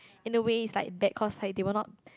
in a way is like bad cause like they will not